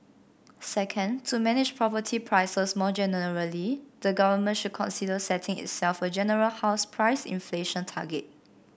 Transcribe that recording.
second to manage property prices more generally the government should consider setting itself a general house price inflation target